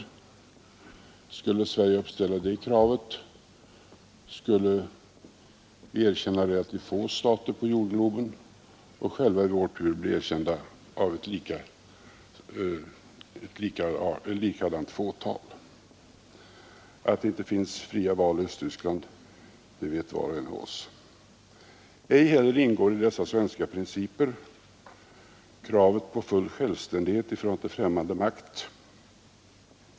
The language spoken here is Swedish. Om Sverige hade uppställt Erkännande av oå å len säden å i sådana krav, så skulle vi ha erkänt relativt få stater på jorden, och s och upprättande 4V skulle vi då i vår tur bli erkända av endast ett fåtal. Att det inte finns fria diplomatiska för bindelser med Tyska demokratiska republiken val i Östtyskland vet var och en av oss. I de svenska principerna ingår inte heller i förhållandet till främmande makt.